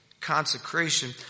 consecration